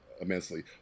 immensely